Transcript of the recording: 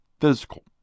physical